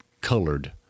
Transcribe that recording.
colored